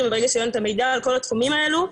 וברגע שאין את המידע על כל התחומים האלו,